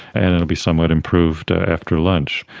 and it will be somewhat improved after lunch.